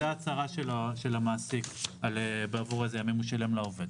זו ההצהרה של המעסיק עבור אלו ימים הוא שילם לעובד.